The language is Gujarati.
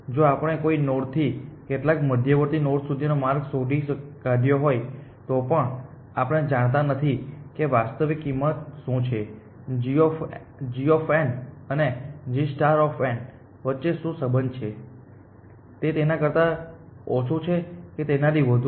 જો આપણે કોઈ નોડથી કેટલાક મધ્યવર્તી નોડ સુધીનો માર્ગ શોધી કાઢ્યો હોય તો પણ આપણે જાણતા નથી કે વાસ્તવિક કિંમત શું છે g અને gવચ્ચે શું સંબંધ છે તે તેના કરતા ઓછું છે કે તેનાથી વધુ